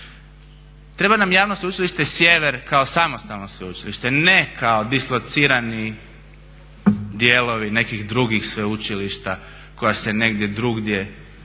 Treba nam javno Sveučilište Sjever kao samostalno sveučilište, ne kao dislocirani dijelovi nekih drugih sveučilišta koja se negdje drugdje čije